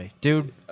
dude